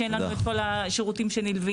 שאין לנו את כל השירותים שנלווים